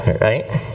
Right